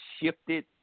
shifted